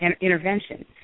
intervention